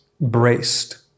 braced